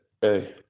hey